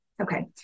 Okay